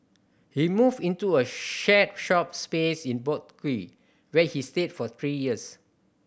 he moved into a shared shop space in Boat Quay where he stayed for three years